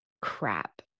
crap